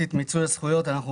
את מיצוי הזכויות הזכרתי,